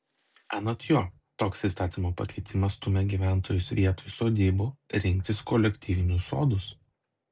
anot jo toks įstatymo pakeitimas stumia gyventojus vietoj sodybų rinktis kolektyvinius sodus